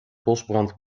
bosbrand